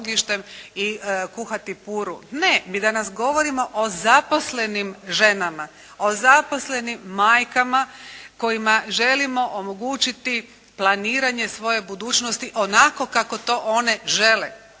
Ne, mi danas govorimo o zaposlenim ženama, o zaposlenim majkama kojima želimo omogućiti planiranje svoje budućnosti onako kako to one žele.